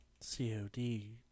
C-O-D